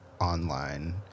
online